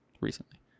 recently